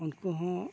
ᱩᱱᱠᱩ ᱦᱚᱸ